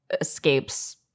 escapes